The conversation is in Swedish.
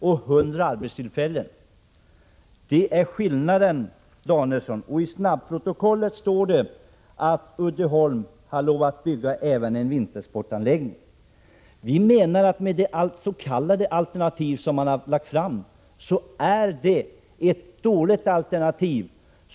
I snabbprotokollet kan man läsa att Bertil Danielsson har sagt att Uddeholm har lovat att bygga även en vintersportanläggning. Det s.k. alternativ som har lagts fram är ett dåligt alternativ.